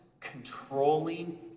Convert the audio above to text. controlling